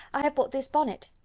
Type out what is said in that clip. i have bought this bonnet.